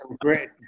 great